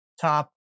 top